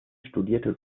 studierte